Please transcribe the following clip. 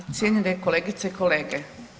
Cijenjene kolegice i kolege.